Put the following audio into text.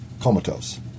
comatose